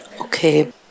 Okay